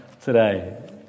today